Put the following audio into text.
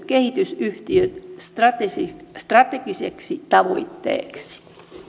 kehitysyhtiön strategisiksi strategisiksi tavoitteiksi